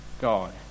God